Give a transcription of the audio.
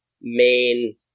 main